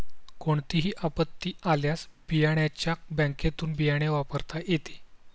कोणतीही आपत्ती आल्यास बियाण्याच्या बँकेतुन बियाणे वापरता येते